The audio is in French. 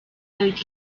avec